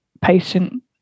patient